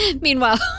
Meanwhile